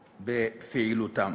עצמאות בפעילותם.